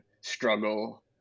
struggle